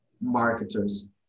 marketers